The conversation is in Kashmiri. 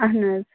اَہَن حَظ